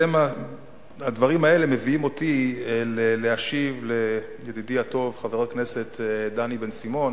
הדברים האלה מביאים אותי להשיב לידידי הטוב חבר הכנסת דני בן-סימון